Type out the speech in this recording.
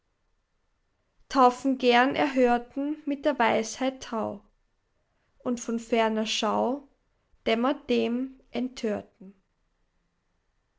taufen gern erhörten mit der weisheit tau und von ferner schau dämmert dem enttörten